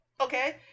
okay